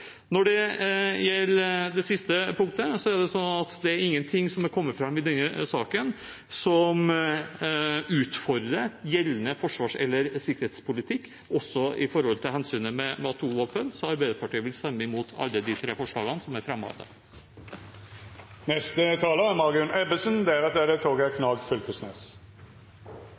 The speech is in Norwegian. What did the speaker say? Når det gjelder det siste punktet, er det ingenting som er kommet fram i denne saken, som utfordrer gjeldende forsvars- eller sikkerhetspolitikk, heller ikke med hensyn til atomvåpen, så Arbeiderpartiet vil stemme imot alle de tre forslagene som er